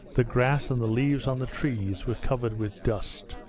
the grass and the leaves on the trees were covered with dust,